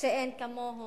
שאין כמוהו,